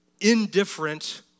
indifferent